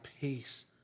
pace